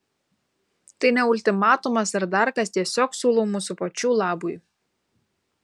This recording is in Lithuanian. tai ne ultimatumas ar dar kas tiesiog siūlau mūsų pačių labui